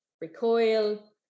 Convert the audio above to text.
recoil